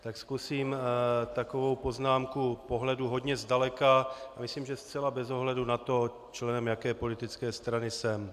Tak zkusím takovou poznámku pohledu hodně zdaleka a myslím, že zcela bez ohledu na to, členem jaké politické strany jsem.